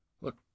look